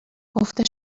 گفته